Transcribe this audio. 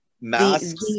masks